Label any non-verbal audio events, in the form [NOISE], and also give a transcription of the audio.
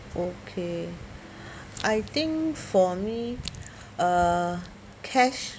okay [BREATH] I think for me uh cash